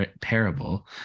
parable